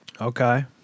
Okay